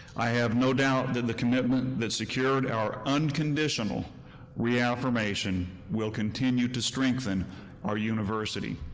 i have no doubt that the commitment that secured our unconditional reaffirmation will continue to strengthen our university.